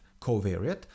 covariate